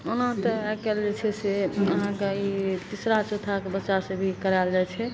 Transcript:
ओना तऽ आइ काल्हि जे छै से अहाँके ई तीसरा चौथाके बच्चासे भी करायल जाइ छै